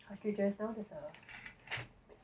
cartridge just now with the